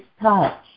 touch